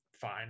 fine